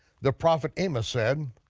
the prophet amos said,